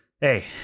Hey